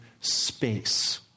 space